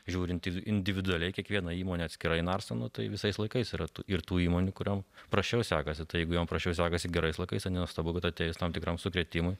žiūrint indu individualiai kiekviena įmonė atskirai narstoma tai visais laikais yra ir tų įmonių kuriom prasčiau sekasi tai jeigu jom prasčiau sekasi gerais laikais nenuostabu kad atėjus tam tikram sukrėtimui